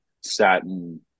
satin